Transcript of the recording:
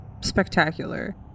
spectacular